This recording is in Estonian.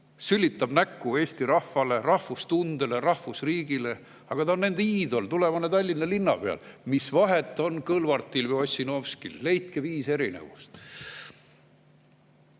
sülitab näkku eesti rahvale, rahvustundele, rahvusriigile. Aga ta on nende iidol, tulevane Tallinna linnapea. Mis vahe on Kõlvartil ja Ossinovskil? Leidke viis erinevust!